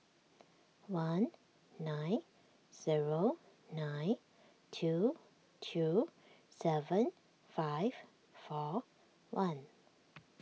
one nine zero nine two two seven five four one